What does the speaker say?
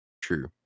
True